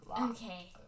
Okay